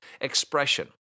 expression